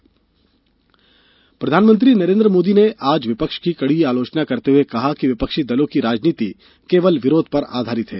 PM कृषि विधेयक प्रधानमंत्री नरेंद्र मोदी ने आज विपक्ष की कड़ी आलोचना करते हुए कहा कि विपक्षी दलों की राजनीति केवल विरोध पर आधारित है